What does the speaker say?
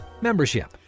membership